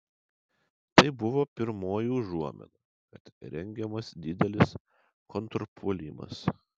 tai buvo pirmoji užuomina kad rengiamas didelis kontrpuolimas